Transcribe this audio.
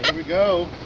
we go,